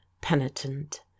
penitent